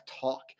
talk